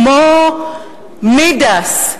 כמו מידס,